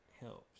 helps